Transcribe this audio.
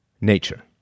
nature